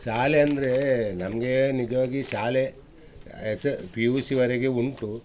ಶಾಲೆ ಅಂದರೆ ನಮಗೆ ನಿಜವಾಗಿ ಶಾಲೆ ಎಸ ಪಿ ಯು ಸಿವರೆಗೆ ಉಂಟು